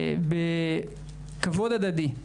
בכבוד הדדי,